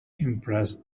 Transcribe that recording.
empress